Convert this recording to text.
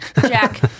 Jack